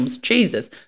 jesus